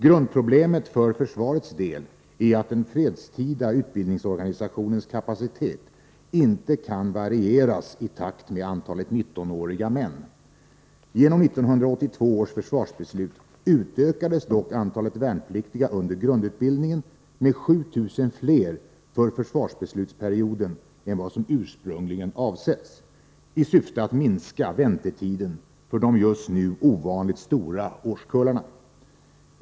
Grundproblemet för försvarets del är att den fredstida utbildningsorganisationens kapacitet inte kan varieras i takt med antalet 19-åriga män. Genom 1982 års försvarsbeslut utökades dock antalet värnpliktiga under grundutbildning med 7 000 fler för försvarsbeslutsperioden än vad som ursprungligen avsetts, i syfte att minska väntetiden för de just nu ovanligt stora årskullarna.